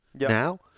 now